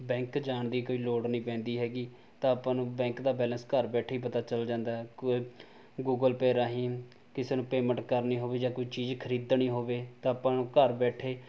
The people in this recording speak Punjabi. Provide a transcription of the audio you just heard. ਬੈਂਕ ਜਾਣ ਦੀ ਕੋਈ ਲੋੜ ਨਹੀਂ ਪੈਂਦੀ ਹੈਗੀ ਤਾਂ ਆਪਾਂ ਨੂੰ ਬੈਂਕ ਦਾ ਬੈਲੇਂਸ ਘਰ ਬੈਠੇ ਹੀ ਪਤਾ ਚੱਲ ਜਾਂਦਾ ਹੈ ਕੋਈ ਗੂਗਲ ਪੇਅ ਰਾਹੀਂ ਕਿਸੇ ਨੂੰ ਪੇਮੈਂਟ ਕਰਨੀ ਹੋਵੇ ਜਾਂ ਕੋਈ ਚੀਜ਼ ਖ਼ਰੀਦਣੀ ਹੋਵੇ ਤਾਂ ਆਪਾਂ ਨੂੰ ਘਰ ਬੈਠੇ